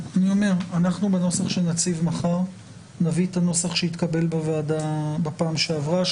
בנוסח שנציג מחר נביא את הנוסח שהתקבל בוועדה בפעם שעברה,